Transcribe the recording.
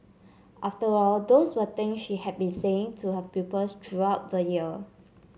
after all those were things she had been saying to her pupils throughout the year